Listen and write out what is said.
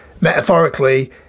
metaphorically